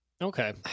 Okay